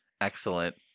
Excellent